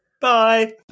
bye